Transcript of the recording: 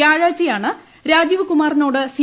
വൃാഴാഴ്ചയാണ് രാജീവ്കുമാറിനോട് സി